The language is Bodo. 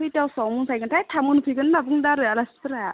खैथासोआव मोनफायगोनथाय थाब मोनफायगोन होनना बुंदो आरो आलासिफोरा